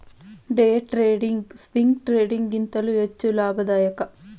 day trading, swing trading ಗಿಂತಲೂ ಹೆಚ್ಚು ಲಾಭದಾಯಕ